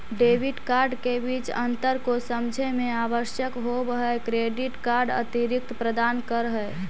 Debit card के बीच अंतर को समझे मे आवश्यक होव है क्रेडिट कार्ड अतिरिक्त प्रदान कर है?